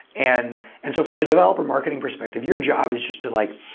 and and so from a developer marketing perspective, your job is just to like